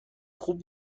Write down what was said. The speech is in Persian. خوب